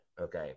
okay